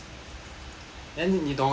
then 你懂那些